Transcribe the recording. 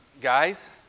guys